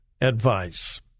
advice